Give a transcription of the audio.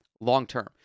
long-term